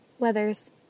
Weathers